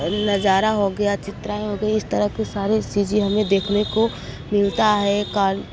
नज़ारा हो गया चित्र हो गई इस तरह के सारे चीज़ें हमें देखने को मिलता है कॉल